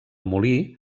molí